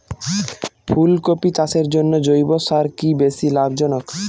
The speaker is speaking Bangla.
ফুলকপি চাষের জন্য জৈব সার কি বেশী লাভজনক?